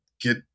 get